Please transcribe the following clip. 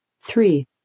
Three